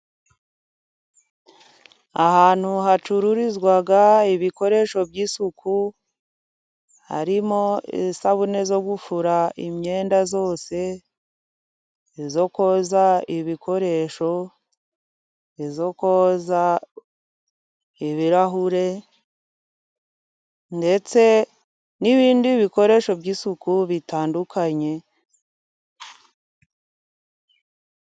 Ahantu hacururizwa ibikoresho by'isuku harimo isabune zo gufura imyenda yose, izo koza ibikoresho, izo koza ibirahure, ndetse n'ibindi bikoresho by'isuku bitandukanye.